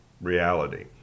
reality